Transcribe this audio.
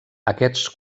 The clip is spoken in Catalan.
aquests